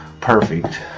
perfect